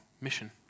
mission